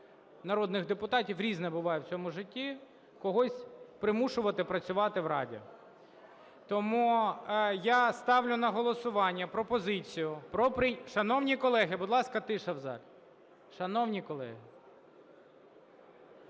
народних депутатів, різне буває в цьому житті, когось примушувати працювати в Раді. Тому я ставлю на голосування пропозицію про… Шановні колеги, будь ласка, тиша в залі! Шановні колеги!